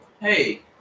Hey